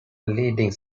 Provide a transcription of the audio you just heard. leading